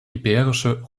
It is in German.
iberische